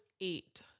eight